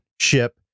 ship